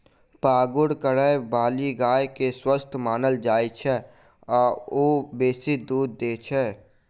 पागुर करयबाली गाय के स्वस्थ मानल जाइत छै आ ओ बेसी दूध दैत छै